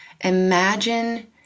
Imagine